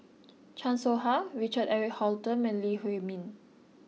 Chan Soh Ha Richard Eric Holttum and Lee Huei Min